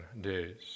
days